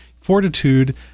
fortitude